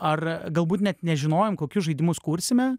ar galbūt net nežinojom kokius žaidimus kursime